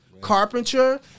Carpenter